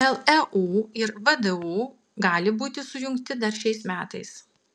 leu ir vdu gali būti sujungti dar šiais metais